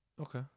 Okay